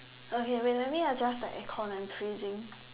okay wait let me adjust the aircon I'm freezing